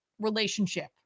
relationship